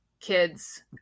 kids